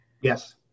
yes